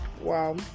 wow